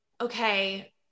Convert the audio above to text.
okay